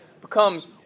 becomes